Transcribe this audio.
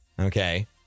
okay